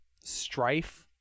strife